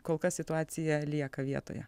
kol kas situacija lieka vietoje